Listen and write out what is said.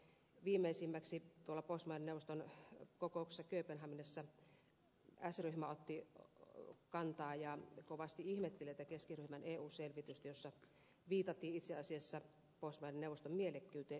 viimeisimmäksi tuolla pohjoismaiden neuvoston kokouksessa kööpenhaminassa s ryhmä otti kantaa ja kovasti ihmetteli tätä keskiryhmän eu selvitystä jossa viitattiin itse asiassa pohjoismaiden neuvoston mielekkyyteen ylipäätänsä